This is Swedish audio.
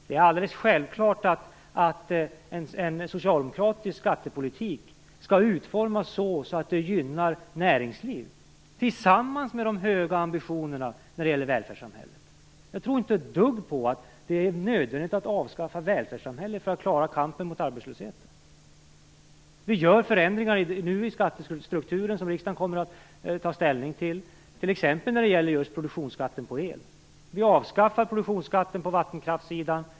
Det är alldeles självklart att en socialdemokratisk skattepolitik skall utformas så att den gynnar näringsliv, tillsammans med de höga ambitionerna när det gäller välfärdssamhället. Jag tror inte ett dugg på att det är nödvändigt att avskaffa välfärdssamhället för att klara kampen mot arbetslösheten. Vi gör förändringar i skattestrukturen som riksdagen kommer att ta ställning till, t.ex. när det gäller just produktionsskatten på el. Vi avskaffar produktionsskatten på vattenkraftssidan.